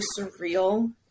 surreal